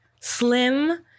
slim